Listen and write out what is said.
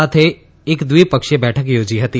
સાથે એક દ્વિપક્ષી બેઠક યોજી હતી